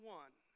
one